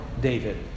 David